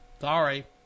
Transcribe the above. Sorry